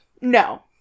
No